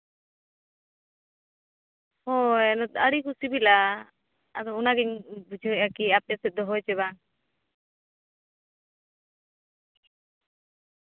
ᱦᱳᱭ ᱟᱹᱰᱤ ᱠᱚ ᱥᱤᱵᱤᱞᱟ ᱟᱫᱚ ᱚᱱᱟᱜᱤᱧ ᱵᱩᱡᱷᱟᱹᱣᱮᱜᱼᱟ ᱠᱤ ᱟᱯᱮ ᱥᱮᱫ ᱫᱚ ᱦᱳᱭ ᱥᱮ ᱵᱟᱝ